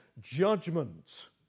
judgment